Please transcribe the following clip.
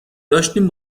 داشتین